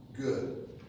good